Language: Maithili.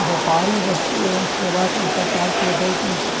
व्यापारी वस्तु एवं सेवा कर सरकार के दैत अछि